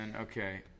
Okay